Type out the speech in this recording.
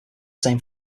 same